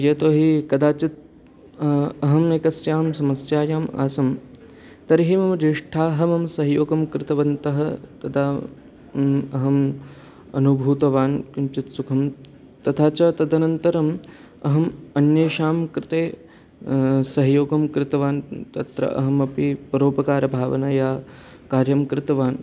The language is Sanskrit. यतोहि कदाचित् अहम् एकस्यां समस्यायाम् आसं तर्हि मम ज्येष्ठाः मम सहयोगं कृतवन्तः तदा अहम् अनुभूतवान् किञ्चित् सुखं तथा च तदनन्तरम् अहम् अन्येषां कृते सहयोगं कृतवान् तत्र अहमपि परोपकारभावनया कार्यं कृतवान्